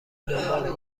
دنبال